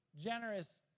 generous